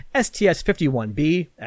STS-51B